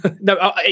no